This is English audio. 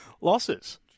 losses